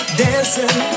dancing